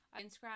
Instagram